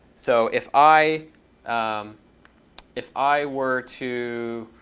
so if i if i were to,